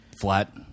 Flat